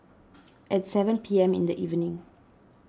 at seven P M in the evening